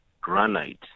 granite